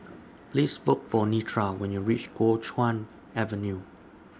Please Look For Nedra when YOU REACH Kuo Chuan Avenue